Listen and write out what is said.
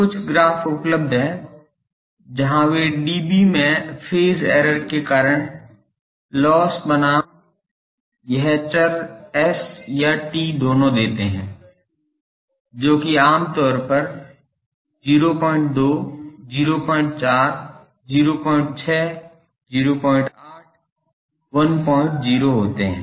और कुछ ग्राफ उपलब्ध हैं जहाँ वे dB में फेज एरर के कारण लोस्स बनाम यह चर s या t दोनों देते हैं जो कि आमतौर पर 02 04 06 08 10 होते हैं